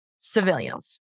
civilians